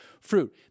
fruit